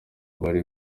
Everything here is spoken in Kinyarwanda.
bari